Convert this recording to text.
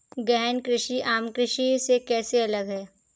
गहन कृषि आम कृषि से कैसे अलग है?